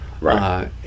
right